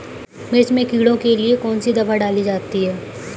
मिर्च में कीड़ों के लिए कौनसी दावा डाली जाती है?